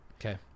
okay